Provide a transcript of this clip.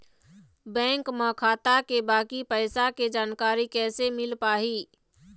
Bank म खाता के बाकी पैसा के जानकारी कैसे मिल पाही?